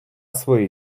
свої